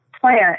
plant